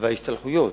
וההשתלחויות,